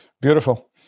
beautiful